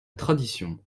tradition